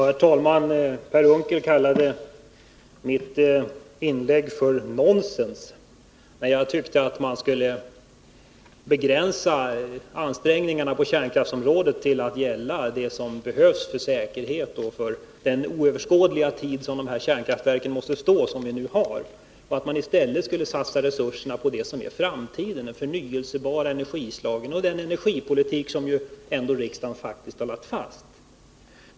Herr talman! Per Unckel kallade mitt inlägg för nonsens. Mitt inlägg gick ut på att man bör begränsa ansträngningarna på kärnkraftsområdet till att gälla det som behövs för säkerhet under den oöverskådliga tid som de kärnkraftverk vi nu har måste stå, och att man i stället framdeles bör satsa resurserna på de förnyelsebara energislagen och den energipolitik som ju riksdagen har lagt fast.